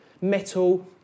Metal